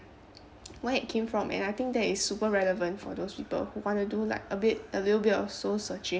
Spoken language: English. what it came from and I think that is super relevant for those people who want to do like a bit a little bit of soul searching